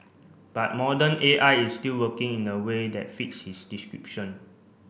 but modern A I is still working in the way that fits his description